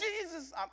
Jesus